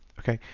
okay,